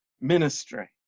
ministry